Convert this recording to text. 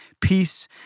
peace